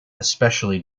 especially